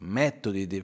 metodi